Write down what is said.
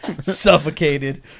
suffocated